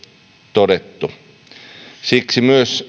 todettu siksi myös